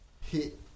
hit